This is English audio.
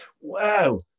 wow